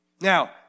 Now